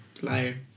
Liar